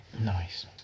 Nice